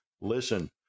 listen